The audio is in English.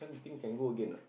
think can go again or not